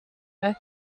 were